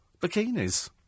bikinis